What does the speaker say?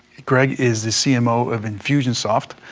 greg is the cmo of infusionsoft.